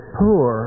poor